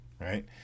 right